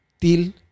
till